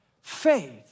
faith